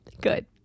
Good